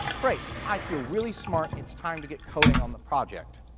great. i feel really smart. it's time to get coding on the project.